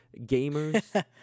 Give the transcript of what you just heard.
gamers